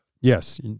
yes